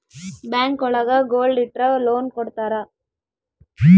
bank ಒಳಗ gold ಇಟ್ರ loan ಕೊಡ್ತಾರ